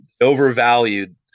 overvalued